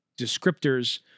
descriptors